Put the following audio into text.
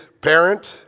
parent